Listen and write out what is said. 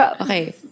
Okay